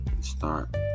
start